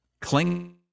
cling